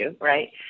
right